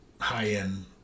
high-end